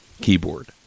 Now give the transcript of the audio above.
keyboard